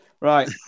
right